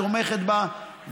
תומכת בה,